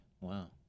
Wow